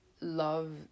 love